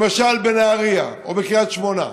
למשל בנהריה או בקריית שמונה.